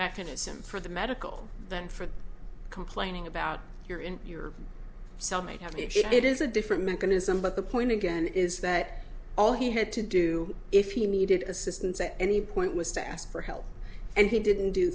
mechanism for the medical than for complaining about your in your cell might have it is a different mechanism but the point again is that all he had to do if he needed assistance at any point was to ask for help and he didn't do